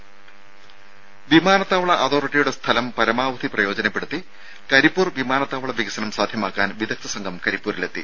രുര വിമാനത്താവള അതോറിറ്റിയുടെ സ്ഥലം പരമാവധി പ്രയോജനപ്പെടുത്തി കരിപ്പൂർ വിമാനത്താവള വികസനം സാധ്യമാക്കാൻ വിദഗ്ധ സംഘം കരിപ്പൂരിലെത്തി